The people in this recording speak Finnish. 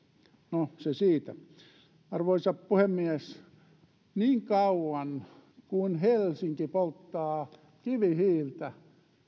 no se siitä arvoisa puhemies niin kauan kuin helsinki polttaa kivihiiltä